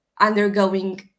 undergoing